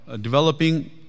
developing